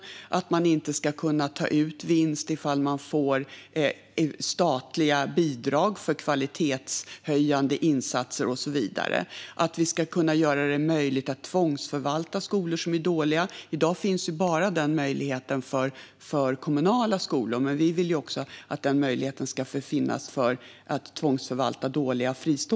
Man ska vidare inte kunna ta ut vinst om man får statliga bidrag för kvalitetshöjande insatser och så vidare. Vi ska möjliggöra tvångsförvaltning av skolor som är dåliga. I dag finns denna möjlighet bara när det gäller kommunala skolor, men vi vill att även dåliga fristående skolor ska kunna tvångsförvaltas.